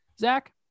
Zach